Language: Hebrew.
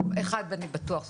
לפחות אחד אני בטוח זוכרת.